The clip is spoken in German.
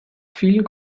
vielen